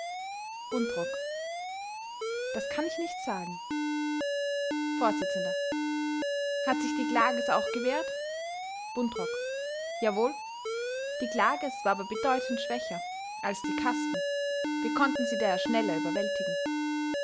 buntrock das kann ich nicht sagen vors hat sich die klages auch gewehrt buntrock jawohl die klages war aber bedeutend schwächer cher als die kasten wir konnten sie daher schneller überwältigen